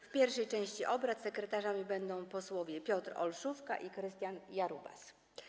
W pierwszej części obrad sekretarzami będą posłowie Piotr Olszówka i Krystian Jarubas.